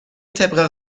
طبق